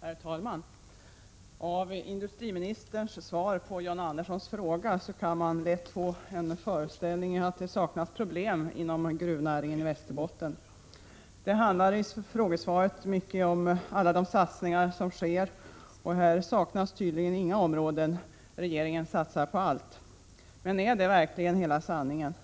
Herr talman! Av industriministerns svar på John Anderssons interpellation kan man lätt få föreställningen att det saknas problem inom gruvnäringen i Västerbotten. Interpellationssvaret handlar i mycket om alla de satsningar som sker; här saknas tydligen inga områden — regeringen satsar på allt. Men är det verkligen hela sanningen?